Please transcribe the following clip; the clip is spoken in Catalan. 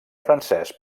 francès